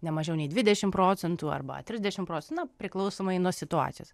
ne mažiau nei dvidešimt procentų arba trisdešimt procentų priklausomai nuo situacijos